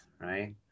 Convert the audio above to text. right